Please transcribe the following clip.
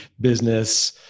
business